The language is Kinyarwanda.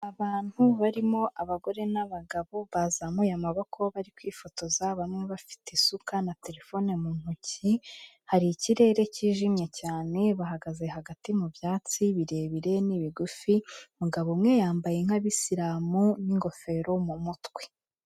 Abantu barimo abagore n'abagabo bazamuye amaboko bari kwifotoza, bamwe bafite isuka na telefone mu ntoki, hari ikirere kijimye cyane, bahagaze hagati mu byatsi birebire n'ibigufi, umugabo umwe yambaye nk'abisilamu n'ingofero mu mutwe.